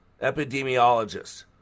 epidemiologist